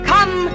Come